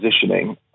positioning